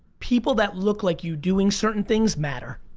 people that look like you doing certain things matter.